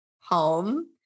home